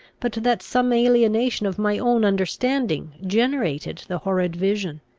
but that some alienation of my own understanding generated the horrid vision.